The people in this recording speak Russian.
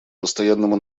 постоянному